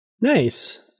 Nice